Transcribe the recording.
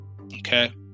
Okay